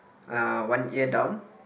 uh one ear down